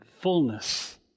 fullness